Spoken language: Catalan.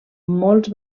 molts